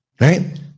Right